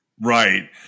Right